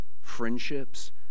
friendships